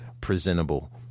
presentable